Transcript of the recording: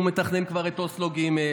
והוא מתכנן כבר את אוסלו ג',